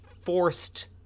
forced